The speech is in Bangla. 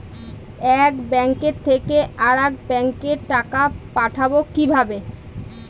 এক ব্যাংক থেকে আরেক ব্যাংকে টাকা পাঠাবো কিভাবে?